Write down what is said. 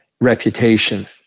reputation